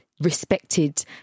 respected